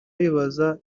wibaza